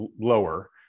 lower